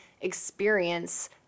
experience